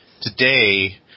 today